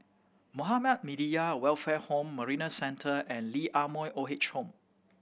Muhammadiyah Welfare Home Marina Centre and Lee Ah Mooi Old Age Home